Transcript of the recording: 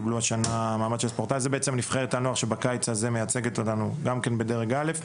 נבחרת הנוער שמייצגת אותנו בדרג א.